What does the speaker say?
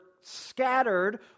scattered